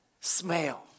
Smell